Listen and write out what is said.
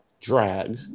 drag